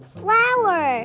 flower